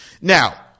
Now